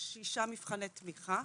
לשישה מבחני תמיכה,